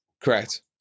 Correct